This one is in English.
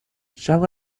shall